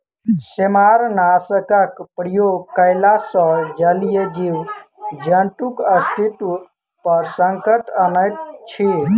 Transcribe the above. सेमारनाशकक प्रयोग कयला सॅ जलीय जीव जन्तुक अस्तित्व पर संकट अनैत अछि